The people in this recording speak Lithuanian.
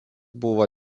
buvo